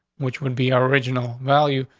which would be original value,